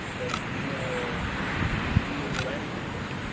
there's more renewable energy,